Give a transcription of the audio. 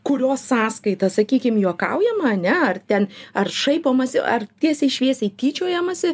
kurio sąskaita sakykim juokaujama ne ar ten ar šaipomasi ar tiesiai šviesiai tyčiojamasi